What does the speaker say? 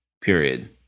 period